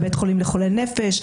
בבית חולים לחולי נפש,